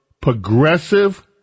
progressive